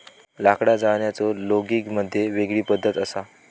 लाकडा जाळण्याचो लोगिग मध्ये वेगळी पद्धत असा